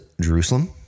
Jerusalem